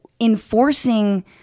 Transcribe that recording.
Enforcing